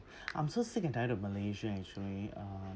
I'm so sick and tired of malaysia actually uh